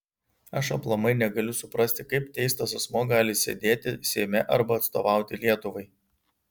aš aplamai negaliu suprasti kaip teistas asmuo gali sėdėti seime arba atstovauti lietuvai